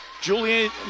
Julian